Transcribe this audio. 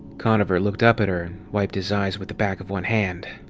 conover looked up at her and wiped his eyes with the back of one hand.